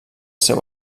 seu